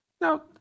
Now